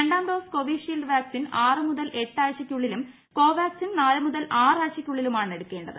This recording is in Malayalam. രണ്ടാം ഡോസ് കോവിഷീൽഡ് വാക്സിൻ ആറ് മുതൽ എട്ട് ആഴ്ചയ്ക്കുള്ളിലും കോവാക്സിൻ നാല് മുതൽ ആറ് ആഴ്ചയ്ക്കുള്ളിലുമാണ് എടുക്കേണ്ടത്